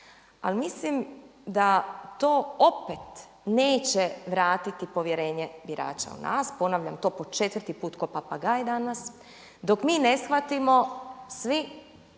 Ali mislim da to opet neće vratiti povjerenje birača u vlast, ponavljam to po četvrti put kao papagaj danas, dok mi ne shvatimo svi